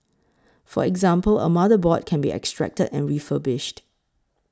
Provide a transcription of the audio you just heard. for example a motherboard can be extracted and refurbished